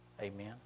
Amen